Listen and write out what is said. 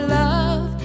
love